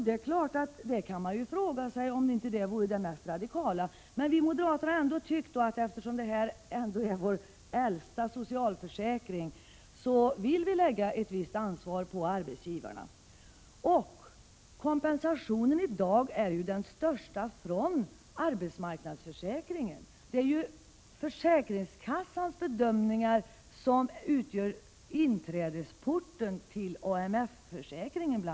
Det är klart att man kan fråga sig om inte det vore det mest radikala. Men vi moderater har tyckt, att eftersom detta är vår äldsta socialförsäkring vill vi lägga ett visst ansvar på arbetsgivarna. Kompensationen i dag är den största från arbetsmarknadsförsäkringen. Det är försäkringskassans bedömningar som utgör inträdesporten till bl.a. AMF-försäkringen.